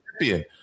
champion